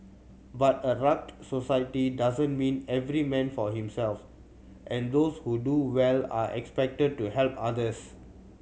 but a rugged society doesn't mean every man for himself and those who do well are expected to help others